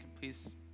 please